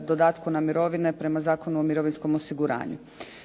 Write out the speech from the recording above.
dodatku na mirovine prema Zakonu o mirovinskom osiguranju.